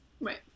right